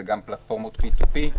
זה גם פלטפורמות P2P,